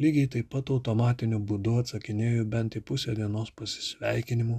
lygiai taip pat automatiniu būdu atsakinėju bent į pusę dienos pasisveikinimų